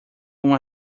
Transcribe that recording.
uma